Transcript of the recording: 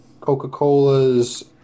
coca-cola's